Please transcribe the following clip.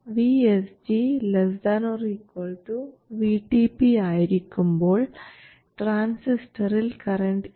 VSG ≤ VTP ആയിരിക്കുമ്പോൾ ട്രാൻസിസ്റ്ററിൽ current ഇല്ല